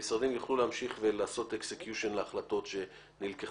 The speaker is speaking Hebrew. המשרדים יוכלו להמשיך ולעשות execution להחלטות שנתקבלו.